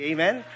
Amen